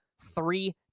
three